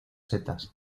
setas